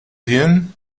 bien